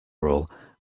rule